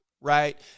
Right